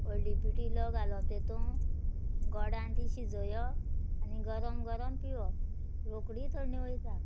हळदी पिटो इल्लो घालप तितून गोडान ती शिजोयप आनी गरम गरम पिवप रोकडी थंडी वयता